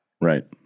Right